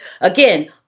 again